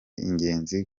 ingenzi